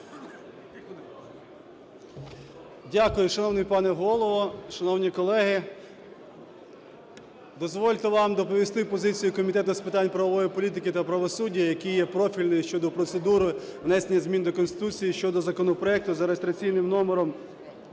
Дякую, шановний пане Голово. Шановні колеги, дозвольте вам доповісти позицію Комітету з питань правової політики та правосуддя, який є профільним, щодо процедури внесення змін до Конституції щодо законопроекту за реєстраційним номером